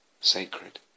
sacred